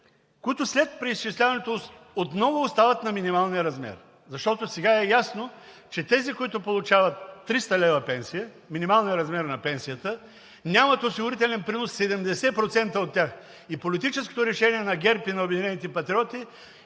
които след преизчисляването отново остават на минималния размер. Защото сега е ясно, че тези, които получават 300 лв. пенсия – минималният размер на пенсията, нямат осигурителен принос 70% от тях. И политическото решение на ГЕРБ и на „Обединените патриоти“